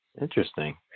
Interesting